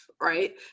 right